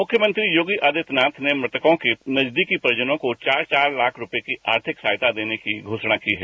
मुख्यमंत्री योगी आदित्यनाथ ने मृतकों के नजदीकी परिजनों को चार चार लाख रुपये की आर्थिक सहायता देने की घोषणा की है